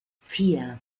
vier